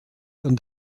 von